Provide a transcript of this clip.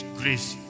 grace